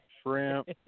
shrimp